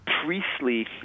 priestly